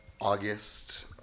August